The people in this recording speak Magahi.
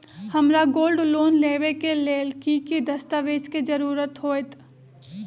हमरा गोल्ड लोन लेबे के लेल कि कि दस्ताबेज के जरूरत होयेत?